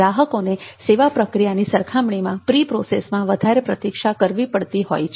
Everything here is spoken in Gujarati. ગ્રાહકોને સેવા પ્રક્રિયાની સરખામણીમાં પ્રી પ્રોસેસમાં વધારે પ્રતિક્ષા કરવી પડતી હોય છે